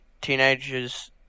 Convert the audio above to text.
teenagers